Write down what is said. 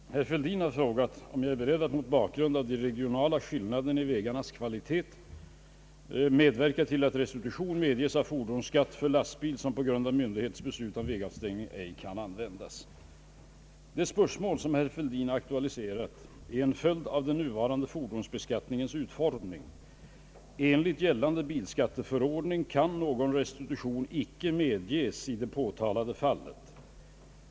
Herr talman! Herr Fälldin har frågat om jag är beredd att, mot bakgrund av de regionala skillnaderna i vägarnas kvalitet, medverka till att restitution medges av fordonsskatt för lastbil som på grund av myndighets beslut om vägavstängning ej kan användas. Det spörsmål som herr Fälldin aktualiserat är en följd av den nuvarande fordonsbeskattningens utformning. Enligt gällande bilskatteförordning kan någon restitution inte medges i det påtalade fallet.